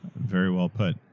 very well put.